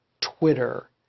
Twitter